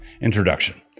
Introduction